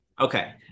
Okay